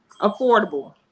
affordable